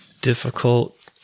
difficult